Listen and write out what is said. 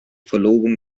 verlobung